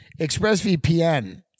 ExpressVPN